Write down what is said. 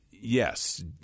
Yes